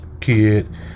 kid